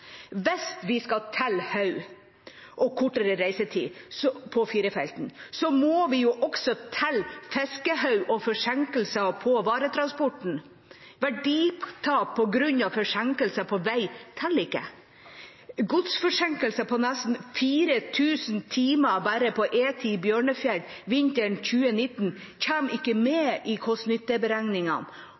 Hvis vi skal telle hoder og kortere reisetid på firefelten, må vi også telle fiskehoder og forsinkelser på varetransporten. Verditap på grunn av forsinkelser på vei teller ikke. Godsforsinkelser på nesten 4 000 timer bare på E10 Bjørnfjell vinteren 2019 kommer ikke med i